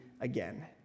again